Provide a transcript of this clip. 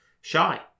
Shy